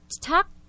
talk